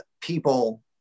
people